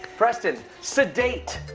preston, sedate.